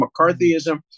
McCarthyism